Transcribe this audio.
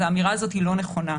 אז האמירה הזאת לא נכונה.